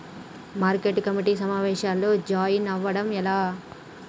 Market committee సమావేశంలో join అవ్వడం ఎలా?